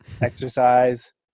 Exercise